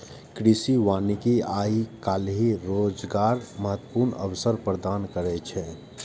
कृषि वानिकी आइ काल्हि रोजगारक महत्वपूर्ण अवसर प्रदान करै छै